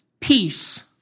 peace